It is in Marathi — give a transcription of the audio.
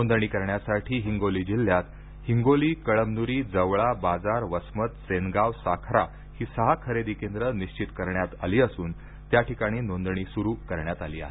नोंदणी करण्यासाठी हिंगोली जिल्ह्यात हिंगोली कळमन्री जवळा बाजार वसमत सेनगाव साखरा ही सहा खरेदी केंद्र निश्चित करण्यात आली असून त्या ठिकाणी नोंदणी सुरु करण्यात आलेली आहे